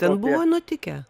ten buvo nutikę